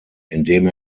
indem